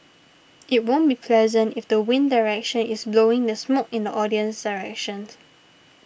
it won't be pleasant if the wind direction is blowing the smoke in the audience's direction